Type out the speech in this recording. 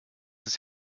ist